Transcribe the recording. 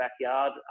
backyard